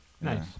Nice